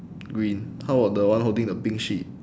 green how about the one holding the pink sheet